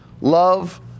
Love